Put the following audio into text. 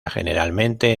generalmente